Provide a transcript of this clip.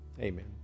amen